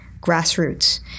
grassroots